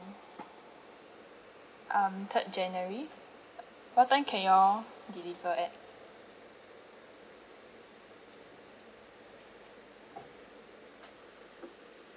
um third january what time can y'all deliver at